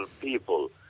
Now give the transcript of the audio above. people